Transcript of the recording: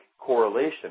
correlation